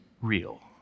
real